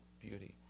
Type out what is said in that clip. beauty